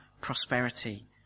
prosperity